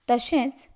तशेंच